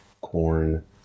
Corn